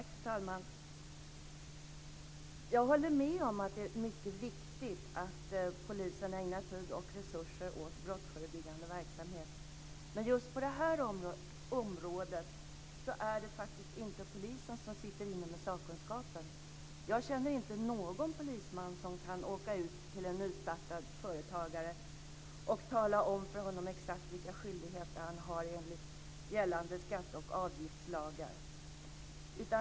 Fru talman! Jag håller med om att det är mycket viktigt att polisen ägnar tid och resurser åt brottsförebyggande verksamhet. Men just på det här området är det faktiskt inte polisen som sitter inne med sakkunskapen. Jag känner inte någon polisman som kan åka ut till en nyetablerad företagare och tala om exakt vilka skyldigheter han har enligt gällande skatte och avgiftslagar.